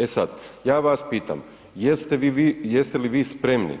E sad, ja vas pitam, jeste li vi spremni